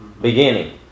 beginning